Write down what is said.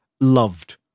loved